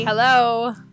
Hello